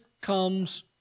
comes